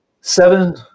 Seven